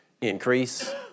increase